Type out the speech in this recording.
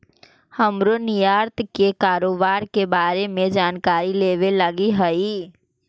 हमरो निर्यात के कारोबार के बारे में जानकारी लेबे लागी हई